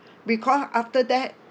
because after that